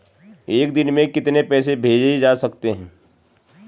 एक दिन में कितने पैसे भेजे जा सकते हैं?